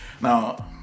now